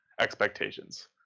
expectations